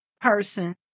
person